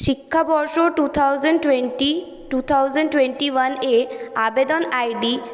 শিক্ষাবর্ষ two thousand twenty two thousand twenty one এ আবেদন আই ডি